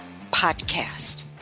podcast